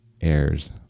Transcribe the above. airs